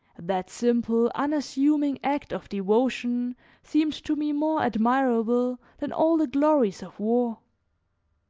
that simple, unassuming act of devotion seemed to me more admirable than all the glories of war.